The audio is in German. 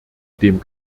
dem